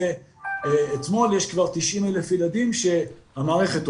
לאתמול יש כבר 90,000 ילדים שהמערכת עובדת,